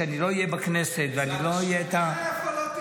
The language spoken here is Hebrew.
כשלא אהיה בכנסת --- איפה לא תהיה?